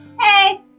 Hey